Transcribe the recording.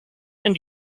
and